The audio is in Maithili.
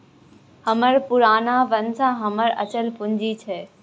हमर पुरना बासा हमर अचल पूंजी छै